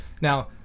now